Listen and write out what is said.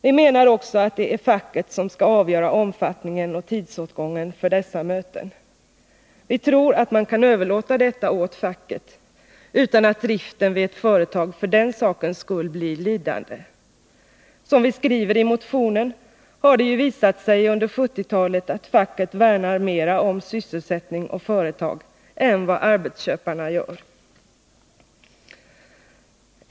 Vi menar också att det är facket som skall avgöra omfattningen av och tidsåtgången för dessa möten. Vi tror att man kan överlåta detta åt facket utan att driften vid ett företag för den sakens skull blir lidande. Som vi skriver i motionen har det under 1970-talet visat sig att facket värnar mera om sysselsättning och företag än vad arbetsköparna gör.